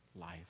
life